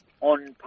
on